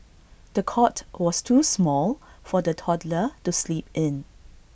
the cot was too small for the toddler to sleep in